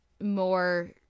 more